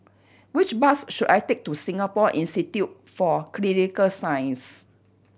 which bus should I take to Singapore Institute for Clinical Science